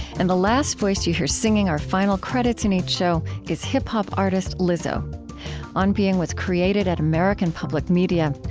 and the last voice you hear, singing our final credits in each show, is hip-hop artist lizzo on being was created at american public media.